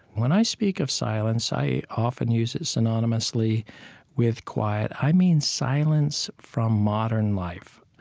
when i speak of silence, i often use it synonymously with quiet. i mean silence from modern life,